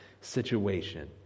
situation